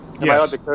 Yes